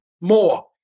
more